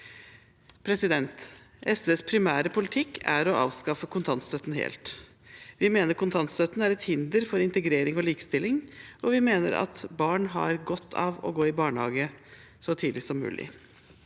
SVs primære politikk er å avskaffe kontantstøtten helt. Vi mener kontantstøtten er et hinder for integrering og likestilling, og vi mener at barn har godt av å gå i barnehage så tidlig som mulig.